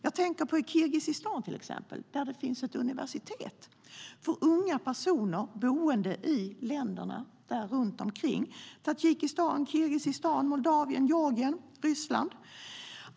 Jag tänker på Kirgizistan, till exempel, där det finns ett universitet för unga personer boende i länderna runt omkring - Tadzjikistan, Kirgizistan, Moldavien, Georgien och Ryssland.